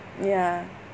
ya